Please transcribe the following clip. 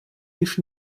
лишь